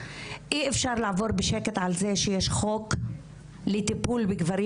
אי אפשר לעבור בשקט על זה שיש חוק לטיפול בגברים